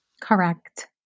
Correct